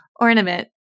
ornament